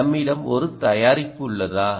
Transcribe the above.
நம்மிடம் ஒரு தயாரிப்பு உள்ளதா